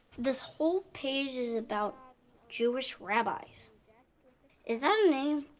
this whole page is about jewish rabbis. is that a name?